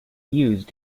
used